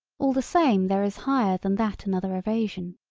all the same there is higher than that another evasion.